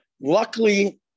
luckily